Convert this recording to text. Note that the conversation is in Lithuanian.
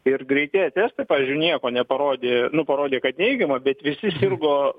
ir greitieji testai pavyzdžiui nieko neparodė nu parodė kad neigiama bet visi sirgo